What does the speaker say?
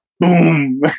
boom